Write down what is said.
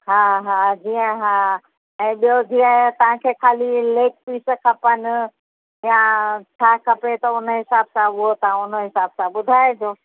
हा हा जीअं हा ऐं ॿियो जीअं तव्हांखे ख़ाली लेग पीस खपनि या छा खपे त उन हिसाब सां उहो तव्हां उन हिसाब सां ॿुधाइजो